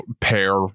pair